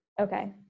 Okay